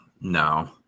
No